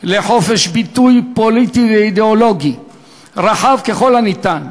לחופש ביטוי פוליטי ואידיאולוגי רחב ככל הניתן,